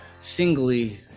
singly